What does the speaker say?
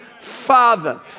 Father